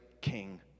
King